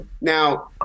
Now